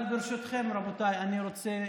ברשותכם, רבותיי, אני רוצה